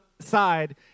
side